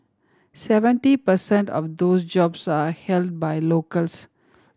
seventy per cent of those jobs are held by locals